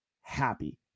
happy